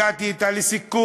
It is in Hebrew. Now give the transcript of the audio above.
הגעתי אתה לסיכום,